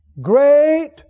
great